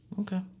Okay